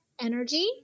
energy